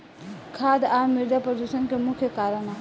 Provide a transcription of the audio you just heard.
खाद आ मिरदा प्रदूषण के मुख्य कारण ह